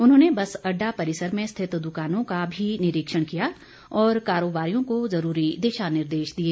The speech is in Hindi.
उन्होंने बस अड्डा परिसर में स्थित दुकानों का भी निरीक्षण किया और कारोबारियों को जरूरी दिशा निर्देश दिए